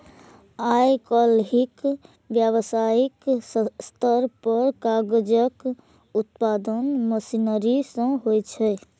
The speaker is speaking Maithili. आइकाल्हि व्यावसायिक स्तर पर कागजक उत्पादन मशीनरी सं होइ छै